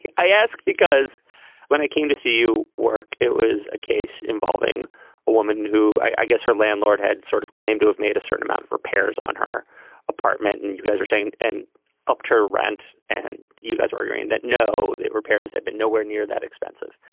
i ask because when i came to see you work it was a case involving a woman who i guess her landlord had sort of claimed to have made a certain amount of repairs on her apartment. and you guys are saying and upped her rent and you guys are agreeing that no repairs had been nowhere near that expensive.